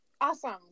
awesome